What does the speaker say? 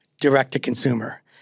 direct-to-consumer